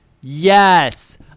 Yes